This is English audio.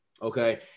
Okay